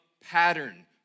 pattern